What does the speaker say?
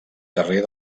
carrer